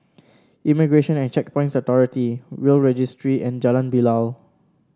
Immigration and Checkpoints Authority Will's Registry and Jalan Bilal